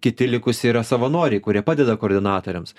kiti likusi yra savanoriai kurie padeda koordinatoriams